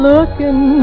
Looking